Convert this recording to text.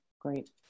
Great